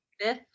fifth